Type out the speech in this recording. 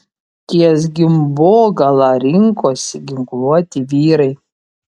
ties gimbogala rinkosi ginkluoti vyrai